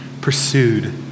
pursued